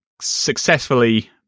successfully